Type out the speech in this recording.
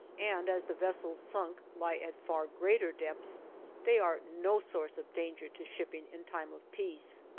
and as the vessels sunk lie at far greater depths they are no source of danger to shipping in time of peace.